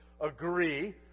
agree